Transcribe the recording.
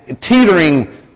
teetering